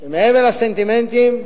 שמעבר לסנטימנטים,